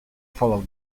follow